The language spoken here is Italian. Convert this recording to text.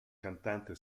cantante